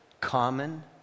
common